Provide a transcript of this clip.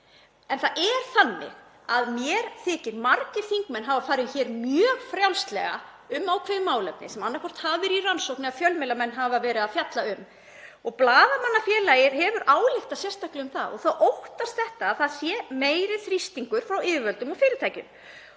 auðvitað meiri ábyrgð. Mér þykir margir þingmenn hafa farið hér mjög frjálslega með ákveðin málefni sem annaðhvort hafa verið í rannsókn eða fjölmiðlamenn hafa verið að fjalla um. Blaðamannafélagið hefur ályktað sérstaklega um það og óttast að það sé meiri þrýstingur frá yfirvöldum og fyrirtækjum.